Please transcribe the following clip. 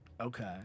Okay